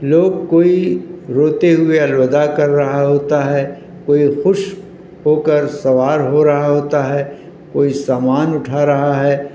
لوگ کوئی روتے ہوئے الوداع کر رہا ہوتا ہے کوئی خوش ہو کر سوار ہو رہا ہوتا ہے کوئی سامان اٹھا رہا ہے